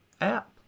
app